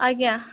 ଆଜ୍ଞା